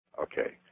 Okay